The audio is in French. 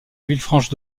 villefranche